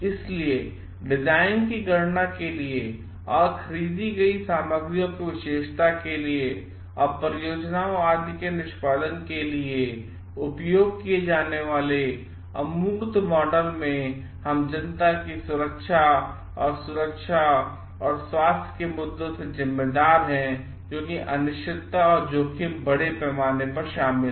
इसलिए डिजाइन की गणना के लिए या खरीदी गई सामग्रियों की विशेषताओं के लिए और परियोजनाओंआदि केनिष्पादन के लिए उपयोग किए जाने वाले अमूर्त मॉडल मेंहम जनता की सुरक्षा और सुरक्षा और स्वास्थ्य के मुद्दों के लिए जिम्मेदार हैं क्योंकि अनिश्चितता और जोखिम बड़े पैमाने पर शामिल है